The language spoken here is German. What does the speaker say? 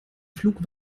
pflug